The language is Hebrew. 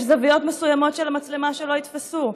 יש זוויות מסוימות של המצלמה שלא יתפסו.